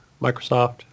Microsoft